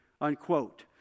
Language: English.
unquote